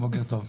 בוקר טוב,